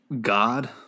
God